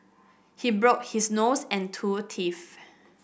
he broke his nose and two teeth